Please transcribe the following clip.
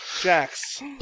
Jax